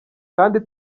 kandi